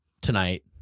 tonight